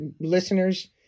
listeners